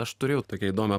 aš turėjau tokią įdomią